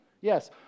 Yes